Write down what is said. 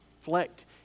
reflect